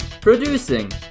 producing